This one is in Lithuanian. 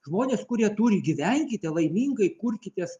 žmonės kurie turi gyvenkite laimingai kurkitės